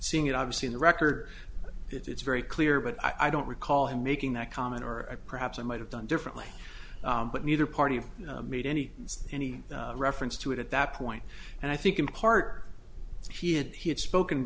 seeing it obviously in the record it's very clear but i don't recall him making that comment or i perhaps i might have done differently but neither party made any any reference to it at that point and i think in part he had he had spoken